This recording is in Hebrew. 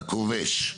הכובש,